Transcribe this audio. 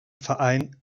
verein